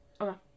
Okay